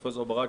פרופ' ברק,